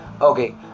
okay